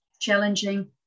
challenging